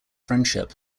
friendship